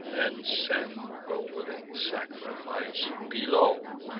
and send the willing sacrifice below!